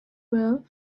well